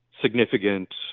significant